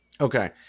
Okay